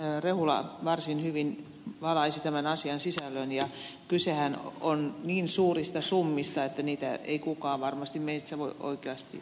rehula varsin hyvin valaisi tämän asian sisällön ja kysehän on niin suurista summista että niitä ei kukaan varmasti meistä voi oikeasti ymmärtääkään